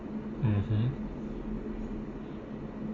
mmhmm